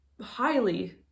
highly